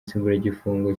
nsimburagifungo